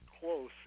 close